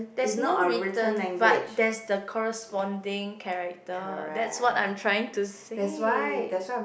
there's no written but there's the corresponding character that's what I'm trying to say